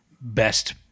best